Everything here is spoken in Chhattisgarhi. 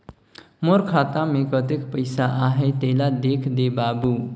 मोर खाता मे कतेक पइसा आहाय तेला देख दे बाबु?